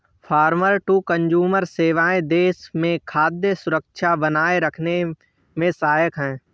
farmer to consumer सेवाएं देश में खाद्य सुरक्षा बनाए रखने में सहायक है